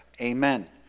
amen